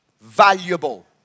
valuable